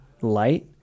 light